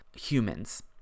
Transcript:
humans